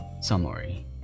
Summary